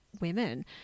women